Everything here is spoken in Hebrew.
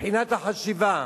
מבחינת החשיבה.